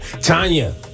Tanya